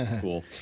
Cool